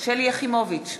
שלי יחימוביץ,